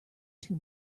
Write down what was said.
too